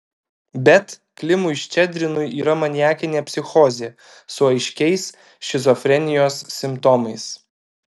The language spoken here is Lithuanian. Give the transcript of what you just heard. bet klimui ščedrinui yra maniakinė psichozė su aiškiais šizofrenijos simptomais